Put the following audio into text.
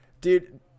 Dude